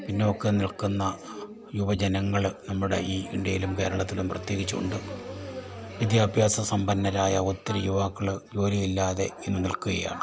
പിന്നോക്കം നിൽക്കുന്ന യുവജനങ്ങള് നമ്മുടെ ഈ ഇന്ത്യയിലും കേരളത്തിലും പ്രത്യേകിച്ചുണ്ട് വിദ്യാഭ്യാസ സമ്പന്നരായ ഒത്തിരി യുവാക്കള് ജോലിയില്ലാതെ ഇന്നു നിൽക്കുകയാണ്